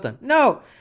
No